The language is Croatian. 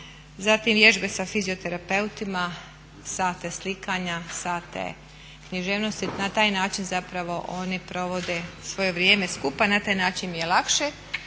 zatim vježbe sa fizioterapeutima, sate slikanja, sate književnosti, na taj način zapravo oni provode svoje vrijeme skupa, na taj način im je lakše.